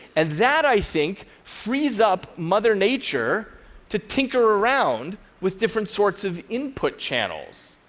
and that, i think, frees up mother nature to tinker around with different sorts of input channels.